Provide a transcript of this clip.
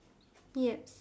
yes